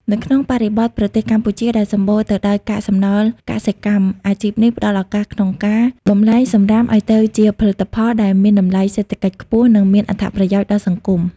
នៅក្នុងបរិបទប្រទេសកម្ពុជាដែលសម្បូរទៅដោយកាកសំណល់កសិកម្ម អាជីពនេះផ្ដល់ឱកាសក្នុងការបម្លែងសម្រាមឱ្យទៅជាផលិតផលដែលមានតម្លៃសេដ្ឋកិច្ចខ្ពស់ និងមានអត្ថប្រយោជន៍ដល់សង្គម។